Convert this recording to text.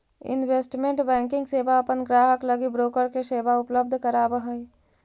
investment banking सेवा अपन ग्राहक लगी ब्रोकर के सेवा उपलब्ध करावऽ हइ